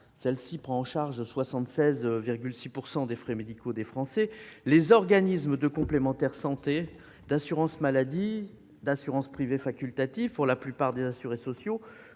qui prend en charge 76,6 % des frais médicaux des Français, les organismes complémentaires d'assurance maladie et assurances privées, facultatives pour la plupart des assurés sociaux,